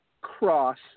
cross-